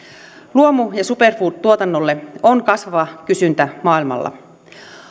luomu ja superfood tuotannolle on kasvava kysyntä maailmalla